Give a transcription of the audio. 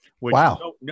Wow